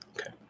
Okay